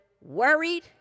worried